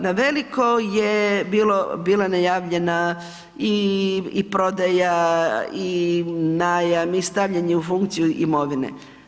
Na veliko je bila najavljena i prodaja i najam i stavljanje u funkciju imovine.